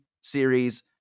series